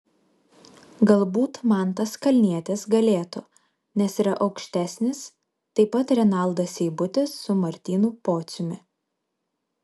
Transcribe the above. galbūt mantas kalnietis galėtų nes yra aukštesnis taip pat renaldas seibutis su martynu pociumi